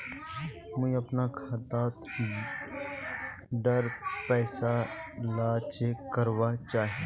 मुई अपना खाता डार पैसा ला चेक करवा चाहची?